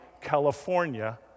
California